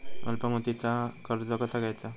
अल्प मुदतीचा कर्ज कसा घ्यायचा?